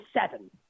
seven